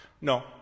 no